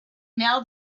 now